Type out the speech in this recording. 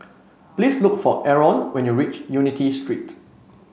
please look for Aron when you reach Unity Street